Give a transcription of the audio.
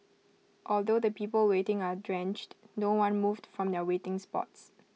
although the people waiting are drenched no one moved from their waiting spots